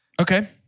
Okay